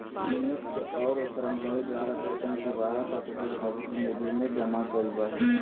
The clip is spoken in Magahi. नियोक्त और कर्मचारी द्वारा वेतन के बारह प्रतिशत भविष्य निधि में जमा कइल जा हइ